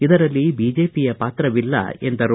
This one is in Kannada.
ಇದರಲ್ಲಿ ಬಿಜೆಪಿಯ ಪಾತ್ರವಿಲ್ಲ ಎಂದರು